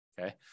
Okay